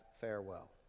farewell